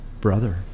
brother